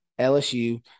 LSU